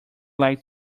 like